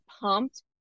pumped